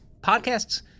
podcasts